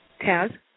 Taz